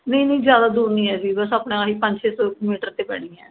ਨਹੀਂ ਨਹੀਂ ਜ਼ਿਆਦਾ ਦੂਰ ਨਹੀਂ ਹੈ ਜੀ ਬਸ ਆਪਣਾ ਆਹੀ ਪੰਜ ਛੇ ਸੌ ਮੀਟਰ 'ਤੇ ਪੈਣੀ ਹੈ